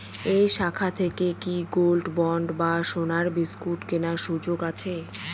এই শাখা থেকে কি গোল্ডবন্ড বা সোনার বিসকুট কেনার সুযোগ আছে?